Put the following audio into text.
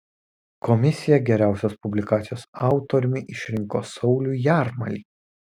komisija geriausios publikacijos autoriumi išrinko saulių jarmalį